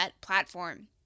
platform